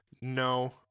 No